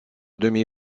demi